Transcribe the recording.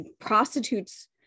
Prostitutes